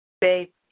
baby